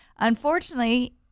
Unfortunately